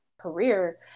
career